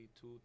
two